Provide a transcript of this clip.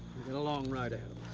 and a long ride ahead